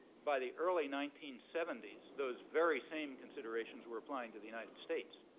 by the early nineteen seventy s, those very same considerations were applying to the united states.